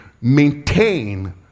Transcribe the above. maintain